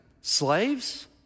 slaves